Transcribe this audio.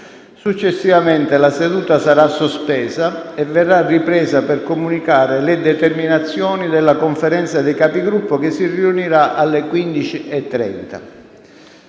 Successivamente la seduta sarà sospesa e verrà ripresa per comunicare le determinazioni della Conferenza dei Capigruppo che si riunirà alle 15,30.